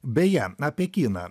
beje apie kiną